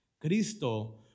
Cristo